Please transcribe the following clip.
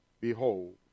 Behold